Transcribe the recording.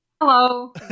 Hello